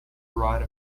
write